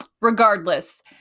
Regardless